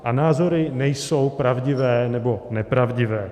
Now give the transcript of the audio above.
A názory nejsou pravdivé nebo nepravdivé.